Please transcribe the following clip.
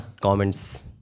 comments